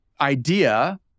idea